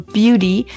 beauty